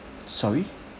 sorry